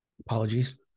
Apologies